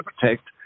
protect